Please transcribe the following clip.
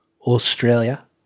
Australia